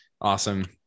Awesome